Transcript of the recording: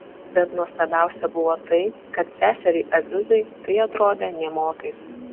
bet nuostabiausia buvo tai kad seseriai azizai tai atrodė nė motais